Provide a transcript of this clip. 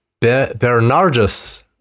Bernardus